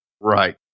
Right